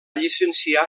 llicenciar